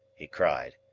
he cried.